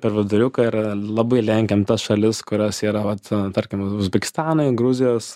per viduriuką ir labai lenkiam tas šalis kurios yra vat tarkim uzbekistanai gruzijos